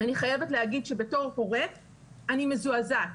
אני חייבת להגיד שבתור הורה אני מזועזעת.